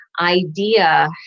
idea